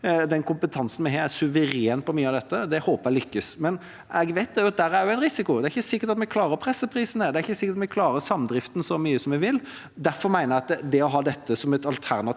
Den kompetansen vi har, er suveren på mye av dette. Det håper jeg lykkes. Men jeg vet at det også er en risiko. Det er ikke sikkert at vi klarer å presse prisene, det er ikke sikkert vi klarer samdrift så mye som vi vil. Derfor mener jeg at det å ha dette som et alternativ